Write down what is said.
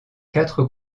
quatre